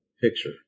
picture